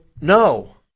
no